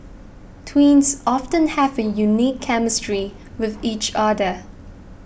twins often have a unique chemistry with each other